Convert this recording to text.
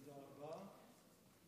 תודה רבה.